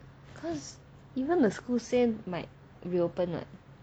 cause even the school say might reopen [what]